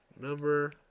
number